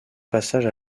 passage